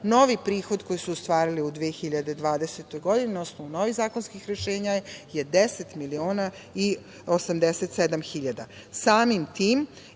novi prihod koji su ostvarili u 2020. godini, na osnovu novih zakonskih rešenja, je 10 miliona 87 hiljada.